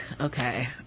Okay